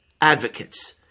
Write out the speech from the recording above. advocates